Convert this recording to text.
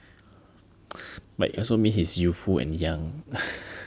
but it also mean he's youthful and young